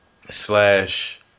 slash